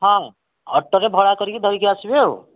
ହଁ ଅଟୋରେ ଭଡ଼ା କରିକି ଧରିକି ଆସିବେ ଆଉ